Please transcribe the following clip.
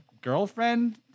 girlfriend